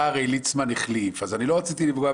ועדת העבודה והרווחה ואז הוא יוכל להיות